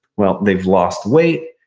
well, they've lost weight,